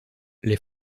les